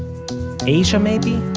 asia maybe?